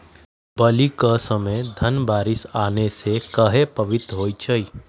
बली क समय धन बारिस आने से कहे पभवित होई छई?